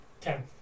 Ten